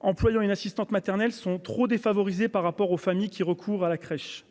employant une assistante maternelle sont trop défavorisé par rapport aux familles qui recourent à la crèche,